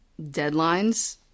deadlines –